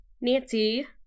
Nancy